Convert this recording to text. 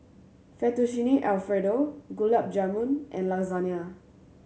Fettuccine Alfredo Gulab Jamun and Lasagna